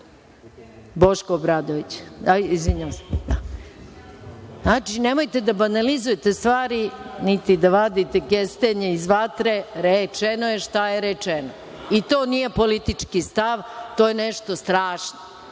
Obradović. Nemojte da banalizujete stvari, niti da vadite kestenje iz vatre, rečeno je šta je rečeno. To nije politički stav, to je nešto strašno,